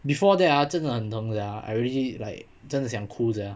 before that ah 真的很疼 sia I already like 真的想哭 sia